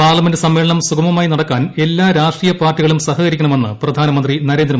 parliament സമ്മേളനം സുഗമമായി നടക്കാൻ എല്ലാ രാഷ്ട്രീയ പാർട്ടികളും സഹകരിക്കണമെന്ന് പ്രധാനമന്ത്രി നരേന്ദ്രമോദി